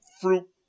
fruit